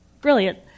Brilliant